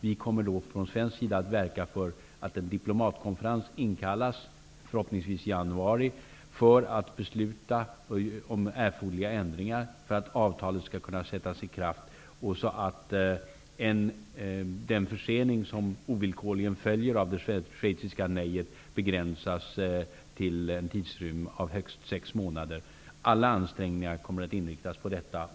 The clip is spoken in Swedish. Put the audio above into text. Från svensk sida kommer vi att verka för att en diplomatkonferens inkallas, förhoppningsvis i januari, för att besluta om ändringar som erfordras för att avtalet skall kunna sättas i kraft och för att den försening som ovillkorligen följer av schweizarnas nej skall kunna begränsas till en tidrymd om högst sex månader. Alla ansträngningar kommer att inriktas på detta.